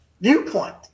viewpoint